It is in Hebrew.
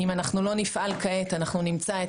ואם אנחנו לא נפעל כעת אנחנו נמצא את